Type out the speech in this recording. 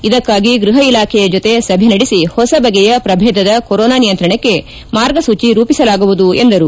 ಇದಕ್ಕಾಗಿ ಗ್ರಹ ಇಲಾಖೆಯ ಜೊತೆ ಸಭೆ ನಡೆಸಿ ಹೊಸ ಬಗೆಯ ಪ್ರಭೇದದ ಕೊರೊನಾ ನಿಯಂತ್ರಣಕ್ಕೆ ಮಾರ್ಗಸೂಚಿ ರೂಪಿಸಲಾಗುವುದು ಎಂದರು